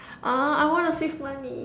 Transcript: ah I wanna save money